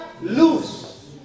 lose